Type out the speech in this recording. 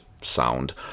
sound